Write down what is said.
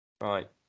Right